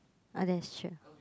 uh that's true